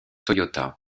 toyota